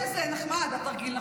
תודה שזה נחמד, התרגיל.